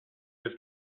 his